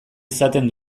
izaten